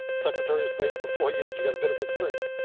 secretary of state for four years. you've got a bit of experience,